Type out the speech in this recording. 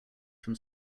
from